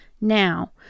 Now